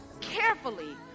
carefully